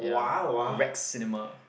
ya Rex cinema